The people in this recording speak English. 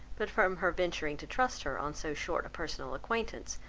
but from her venturing to trust her on so short a personal acquaintance,